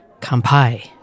Kampai